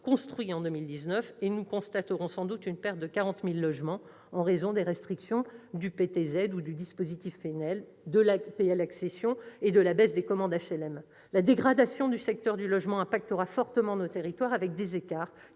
construits en 2019, et nous constaterons sans doute une perte de 40 000 logements en raison des restrictions du prêt à taux zéro, du dispositif Pinel, de l'APL accession et de la baisse des commandes HLM. La dégradation du secteur du logement impactera fortement nos territoires, avec des écarts